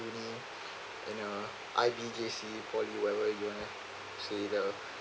uni and uh I_V_J_C poly for whatever you want it see the